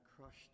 crushed